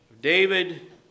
David